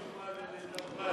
זה בדיוק כמו לידת בית.